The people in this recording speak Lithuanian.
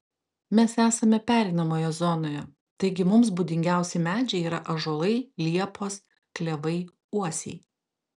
mes esame pereinamoje zonoje taigi mums būdingiausi medžiai yra ąžuolai liepos klevai uosiai